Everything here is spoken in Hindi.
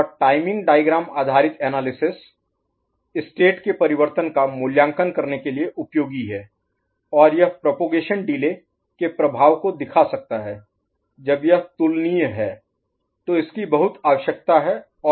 और टाइमिंग डायग्राम आधारित एनालिसिस स्टेट के परिवर्तन का मूल्यांकन करने के लिए उपयोगी है और यह प्रोपगेशन डिले के प्रभाव को दिखा सकता है जब यह तुलनीय है तो इसकी बहुत आवश्यकता है और उपयोगी है